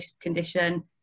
condition